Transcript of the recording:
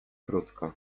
krótko